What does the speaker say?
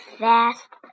fast